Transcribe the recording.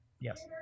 Yes